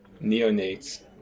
neonates